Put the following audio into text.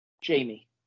Jamie